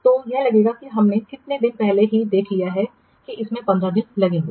तो यह लगेगा कि हमने कितने दिन पहले ही देख लिया है कि इसमें 15 दिन लगेंगे